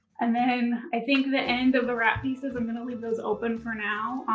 and then i think the end of the wrap pieces i'm going to leave those open for now.